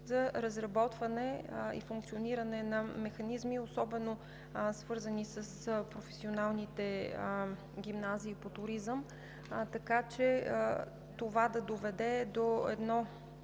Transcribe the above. за разработване и функциониране на механизми, особено свързани с професионалните гимназии по туризъм, така че това да доведе до едно